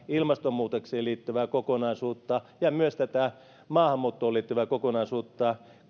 ilmastonmuutokseen liittyvää kokonaisuutta ja myös maahanmuuttoon liittyvää kokonaisuutta